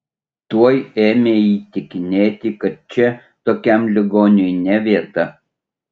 tuoj ėmė įtikinėti kad čia tokiam ligoniui ne vieta